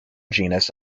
genus